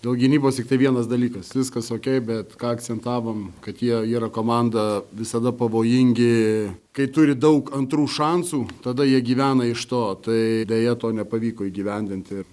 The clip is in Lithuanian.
dėl gynybos tiktai vienas dalykas viskas okei bet ką akcentavom kad jie yra komanda visada pavojingi kai turi daug antrų šansų tada jie gyvena iš to tai deja to nepavyko įgyvendinti ir